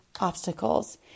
obstacles